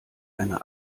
eine